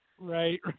Right